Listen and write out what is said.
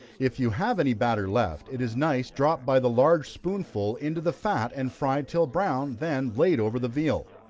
if you have any batter left, it is nice dropped by the large spoonful into the fat, and fried till brown, then laid over the veal.